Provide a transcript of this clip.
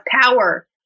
power